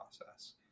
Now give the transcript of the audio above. process